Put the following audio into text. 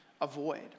avoid